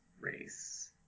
race